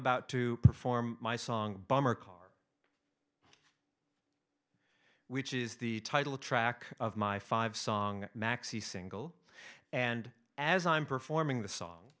about to perform my song bummer car which is the title track of my five song maxi single and as i'm performing the song